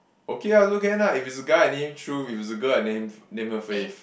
okay ah also can lah if it's a guy I name him Truth if it's a girl I name him I name her Faith